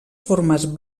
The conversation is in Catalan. formes